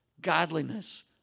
godliness